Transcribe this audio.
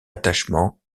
attachement